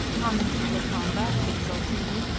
commented lakamba, exultingly.